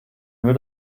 nur